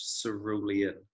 cerulean